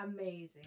Amazing